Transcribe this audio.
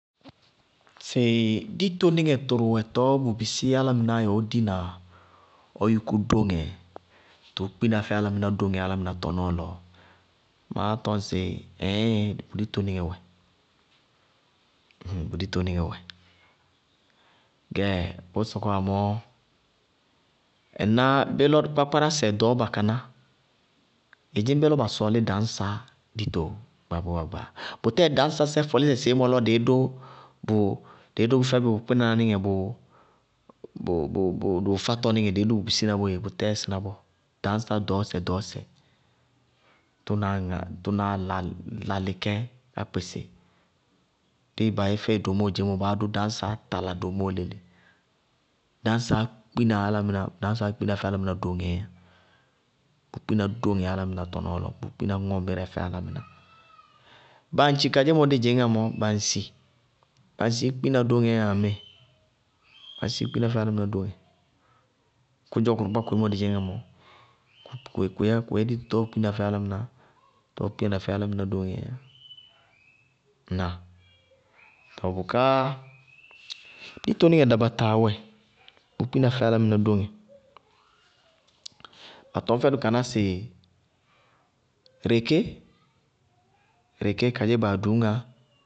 Sɩ ditonɩŋɛ tʋrʋ wɛ tɔɔ bʋ bisí álámɩnáá yɛ ɔɔ dí na bʋká ɔ yúkú dóŋɛɛ? Tʋʋ kpína fɛ álámɩná dóŋɛ álámɩná tɔnɔɔ lɔ. Maá tɔñsɩ ɩíŋ ditonɩŋɛ wɛ, gɛ bʋ sɔkɔwá mɔɔ, ŋdzɩñ kpákpárásɛ ɖɔɔba kaná, ŋdzɩñ bélɔɔ ba sɔɔlí dañsá dito gbaagba gbaagba? Bʋtɛɛ dañsásɛ fɔlísɛ seémɔ lɔ dɩí dʋ fɛbɩ bʋ kpínaná nɩŋɛ bʋ, dɩí dʋ bʋ fátɔníŋɛ bʋ bisína boé. Bʋtɛɛ síná bɔɔ. Dañsá ɖɔɔsɛ ɖɔɔsɛ, tʋnáá lalɩ kɛ bʋ kpɩsɩ, bíɩ ba yɛ fɛɩ domóo dzeémɔ báá dʋ dañsáá tala domóo léle. Dañsáá kpina álámɩná, dañsáá kpína fɛ álámɩná dóŋɛɛ yá, bʋʋ kpína dóŋɛ álámɩná tɔnɔɔ lɔ, bʋʋ kpína ŋɔmírɛ fɛ álámɩná, bañtchi kadzémɔ dí dzɩñŋá mɔɔ, bañtchi, bañtchií kpina dóŋɛɛyá ŋmíɩ, bañtchií kpina fɛ álámɩná dóŋɛ. Kʋdzɔɔ kʋrʋkpákpá koémɔ dí dzɩñŋá mɔ, kʋʋ kpina fɛ álámɩná dóŋɛɛ yá, ŋnáa? Tɔɔ bʋká ditonɩŋɛ dabataa wɛ, bʋʋ kpína fɛ álámɩná dóŋɛ. Ba tɔñ fɛdʋ kaná sɩ reké, reké kadzé baa dʋñŋá.